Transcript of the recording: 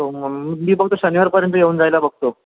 हो मग मी बघतो शनिवारपर्यंत येऊन जायला बघतो